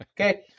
Okay